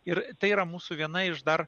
ir tai yra mūsų viena iš dar